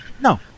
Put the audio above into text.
No